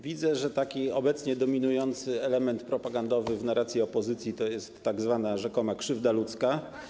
Widzę, że obecnie dominujący element propagandowy w narracji opozycji to jest tzw. rzekoma krzywda ludzka.